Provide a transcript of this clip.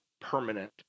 permanent